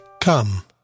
Come